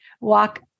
walk